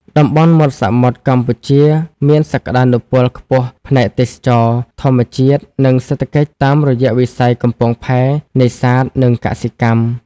តំបន់មាត់សមុទ្រកម្ពុជាមានសក្តានុពលខ្ពស់ផ្នែក ទេសចរណ៍ ធម្មជាតិ និង សេដ្ឋកិច្ច តាមរយៈវិស័យកំពង់ផែ នេសាទ និងកសិកម្ម។